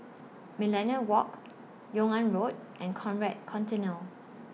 Millenia Walk Yung An Road and Conrad Centennial